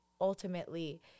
ultimately